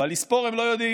אבל לספור הם לא יודעים.